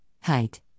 height